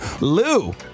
lou